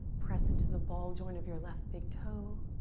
press into the ball joint of your left big toe.